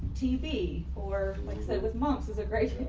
tv or like say with moms is a great,